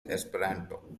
esperanto